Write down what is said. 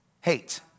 Hate